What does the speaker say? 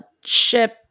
ship